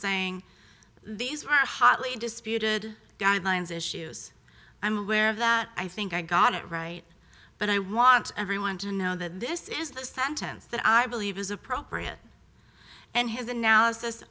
saying these are hotly disputed guidelines issues i'm aware of that i think i got it right but i want everyone to know that this is the sentence that i believe is appropriate and his an